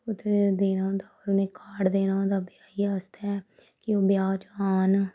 उत्थें देना होंदा उनेंगी कार्ड देना होंदा ब्याइयै आस्तै कि ओह् ब्याह् च आन